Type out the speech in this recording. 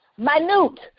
Minute